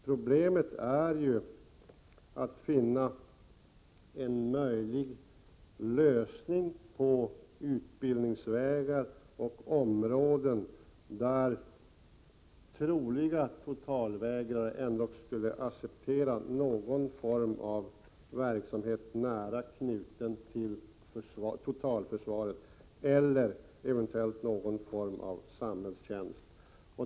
Problemet är att finna en möjlig lösning på utbildningsvägar och områden, där troliga totalvägrare ändå skulle acceptera någon form av verksamhet nära knuten till totalförsvaret eller eventuellt någon form av samhällstjänst.